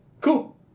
Cool